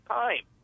time